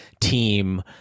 team